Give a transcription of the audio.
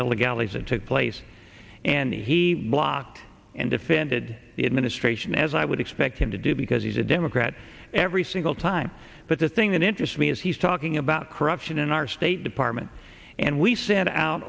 illegalities and took place and he blocked and defended the administration as i would expect him to do because he's a democrat every single time but the thing that interests me is he's talking about corruption in our state department and we sent out